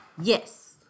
Yes